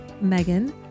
Megan